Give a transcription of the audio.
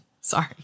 Sorry